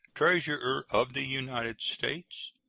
treasurer of the united states,